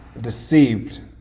deceived